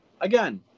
again